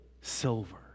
silver